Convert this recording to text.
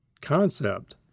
concept